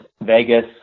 Vegas